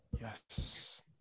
Yes